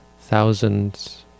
thousands